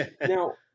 Now